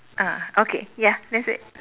ah okay ya that's it